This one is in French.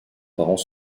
parents